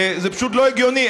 זה פשוט לא הגיוני.